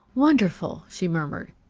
wonderful! she murmured.